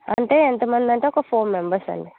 అంటే ఎంతమంది అంటే ఒక ఫోర్ మెంబెర్స్ అండి